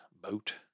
boat